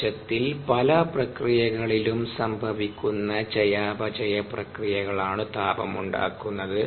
കോശത്തിൽ പല പ്രക്രിയകളിലും സംഭവിക്കുന്ന ചയാപചയപ്രക്രിയകളാണു താപം ഉണ്ടാക്കുന്നത്